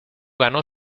ganó